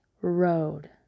road